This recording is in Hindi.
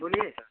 बोलिए सर